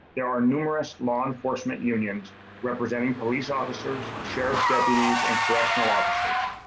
there are numerous law enforcement unions representing police officers sheriff's deputies and correctional officers.